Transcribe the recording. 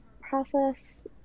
process